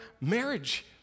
marriage